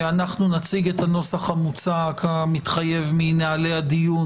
אנחנו נציג את הנוסח המוצע כמתחייב מנהלי הדיון,